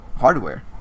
hardware